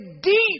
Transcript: deep